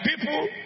people